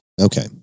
Okay